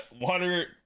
Water